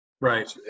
Right